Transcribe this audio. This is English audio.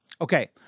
Okay